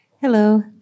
hello